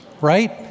right